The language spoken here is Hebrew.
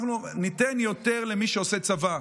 ניתן יותר למי שעושה צבא.